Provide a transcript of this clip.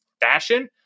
fashion